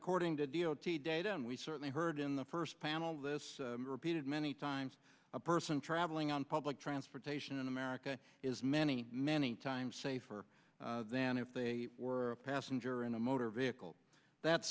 according to deal with the data and we certainly heard in the first panel this repeated many times a person traveling on public transportation in america is many many times safer than if they were a passenger in a motor vehicle that's